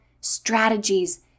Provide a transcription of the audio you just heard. strategies